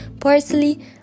parsley